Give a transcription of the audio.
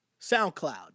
SoundCloud